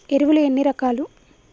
ఎరువులు ఎన్ని రకాలు?